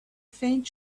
faint